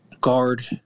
guard